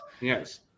Yes